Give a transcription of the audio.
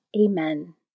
Amen